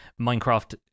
minecraft